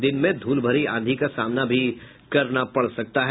दिन में ध्रलभरी आंधी का सामना भी करना पड़ सकता है